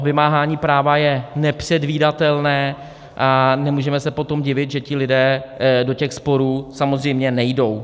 Vymáhání práva je nepředvídatelné a nemůžeme se potom divit, že lidé do těch sporů samozřejmě nejdou.